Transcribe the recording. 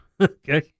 okay